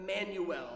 Emmanuel